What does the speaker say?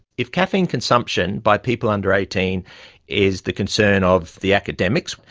if caffeine consumption by people under eighteen is the concern of the academics,